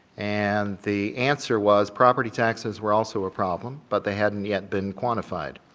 and the answer was, property taxes were also a problem but they hadn't yet been quantified.